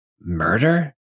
murder